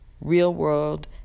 real-world